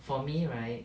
for me right